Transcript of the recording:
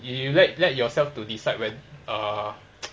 if you let let yourself to decide when~ ah